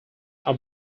are